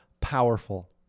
powerful